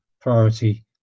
priority